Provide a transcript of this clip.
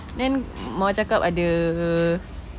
then mama cakap ada